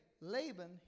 Laban